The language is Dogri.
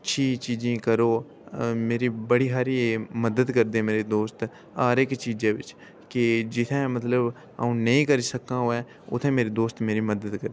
अच्छी चीजें गी करो मेरी बड़ी हारी मदद करदे मेरे दोस्त हर इक चीजै पिच्छें कि जित्थै मतलब अ'ऊं नेईं करी सकदा होऐं उत्थै मेरे दोस्त मेरी मदद करदे